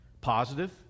positive